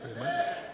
Amen